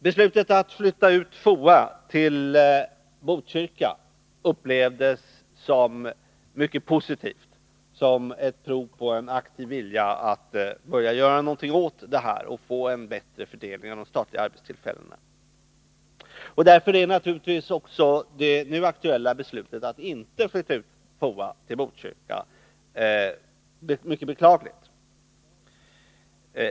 Beslutet att flytta ut FOA till Botkyrka upplevdes som mycket positivt, som ett prov på en aktiv vilja att börja göra något åt problemen och få en bättre fördelning av de statliga arbetstillfällena. Därför är naturligtvis också det nu aktuella beslutet att inte flytta ut FOA till Botkyrka mycket beklagligt.